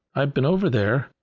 i've been over there,